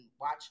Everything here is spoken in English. watch